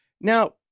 now